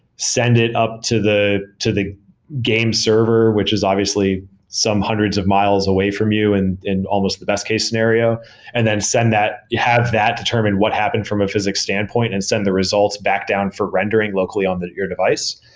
send it up the to the game server, which is obviously some hundreds of miles away from you and and almost the best case scenario and then send that? have that determine what happened from a physics standpoint and send the results back down for rendering locally on your device,